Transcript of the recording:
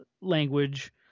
language